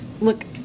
Look